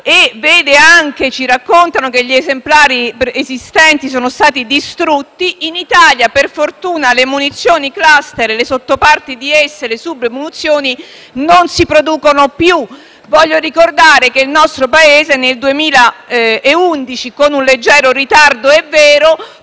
proibita. E ci raccontano anche che gli esemplari esistenti sono stati distrutti. In Italia, per fortuna, le munizioni *cluster*, le loro sottoparti e le submunizioni non si producono più. Voglio ricordare che il nostro Paese nel 2011 - sebbene con un leggero ritardo, è vero